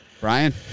Brian